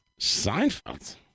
Seinfeld